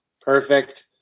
Perfect